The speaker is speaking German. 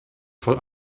vor